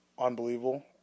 unbelievable